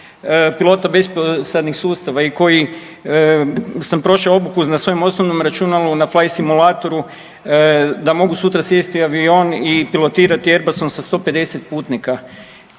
pilota … sustava i koji sam prošao obuku na svojem osobnom računalu, na flaisimulatoru da mogu sutra sjesti u avion i pilotirati Erbason sa 150 putnika?